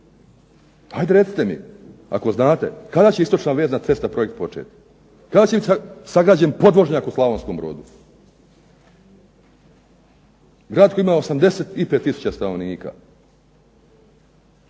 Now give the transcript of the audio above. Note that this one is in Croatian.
Ajde recite mi, ako znate, kada će Istočna vezna cesta projekt početi? Kada će biti sagrađen podvožnjak u Slavonskom Brodu? Grad koji ima 85 tisuća stanovnika,